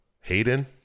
Hayden